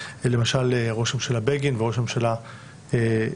למשל ראש הממשלה בגין וראש הממשלה רבין,